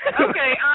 Okay